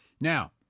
Now